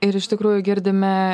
ir iš tikrųjų girdime